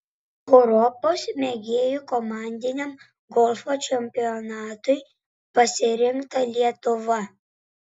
europos mėgėjų komandiniam golfo čempionatui pasirinkta lietuva